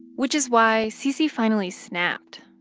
which is why cc finally snapped.